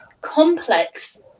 complex